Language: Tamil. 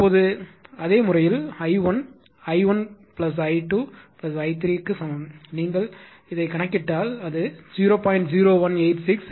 இப்போது அதே வழியில் I1 i1i2i3 க்கு சமம் நீங்கள் கணக்கிட்டால் அது 0